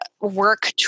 work